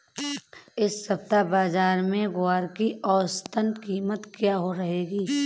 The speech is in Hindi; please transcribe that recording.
इस सप्ताह बाज़ार में ग्वार की औसतन कीमत क्या रहेगी?